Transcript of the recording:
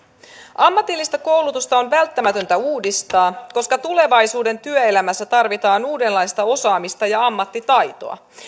ammatillista koulutusta on välttämätöntä uudistaa koska tulevaisuuden työelämässä tarvitaan uudenlaista osaamista ja ammattitaitoa